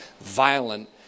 violent